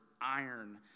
iron